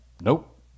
nope